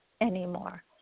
anymore